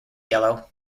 yellow